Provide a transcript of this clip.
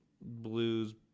blues